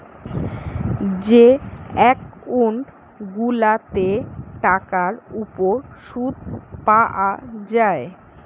যে একউন্ট গুলাতে টাকার উপর শুদ পায়া যায়